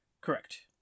Correct